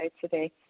today